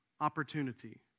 opportunity